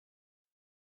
sèrie